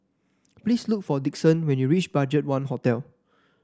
please look for Dixon when you reach BudgetOne Hotel